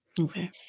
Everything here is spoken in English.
Okay